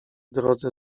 drodze